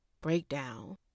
breakdown